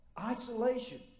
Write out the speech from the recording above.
Isolation